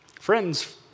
Friends